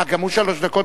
שלוש דקות